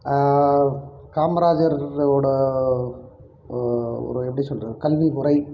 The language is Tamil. காமராஜரோடய ஒரு எப்படி சொல்வது கல்வி முறை